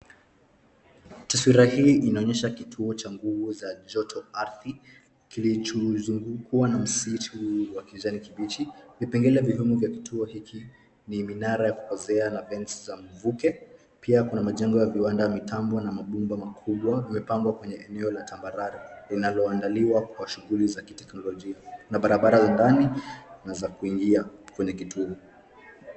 Taswira hii inaonyesha kituo cha nguvu za joto ardhi kilichozungukwa na msitu wa kijani kibichi. Vipengele vihimo vya kituo hiki ni minara ya kupozea na vents za mvuke. Pia kuna majengo ya viwanda, mitambo na mabomba makubwa vimepangwa kwenye eneo la tambarare linaloandaliwa kwa shughuli za kiteknolojia. Na barabara za ndani na za kuingia kwenye kituo.